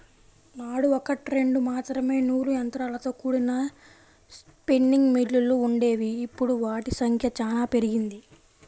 నాడు ఒకట్రెండు మాత్రమే నూలు యంత్రాలతో కూడిన స్పిన్నింగ్ మిల్లులు వుండేవి, ఇప్పుడు వాటి సంఖ్య చానా పెరిగింది